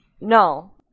No